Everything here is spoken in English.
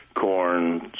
corn